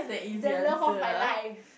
the love of my life